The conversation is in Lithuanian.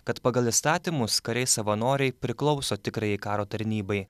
kad pagal įstatymus kariai savanoriai priklauso tikrajai karo tarnybai